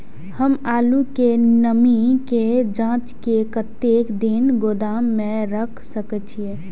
हम आलू के नमी के जाँच के कतेक दिन गोदाम में रख सके छीए?